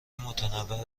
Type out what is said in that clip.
متنوع